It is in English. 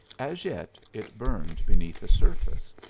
as yet it burned beneath the surface,